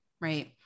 right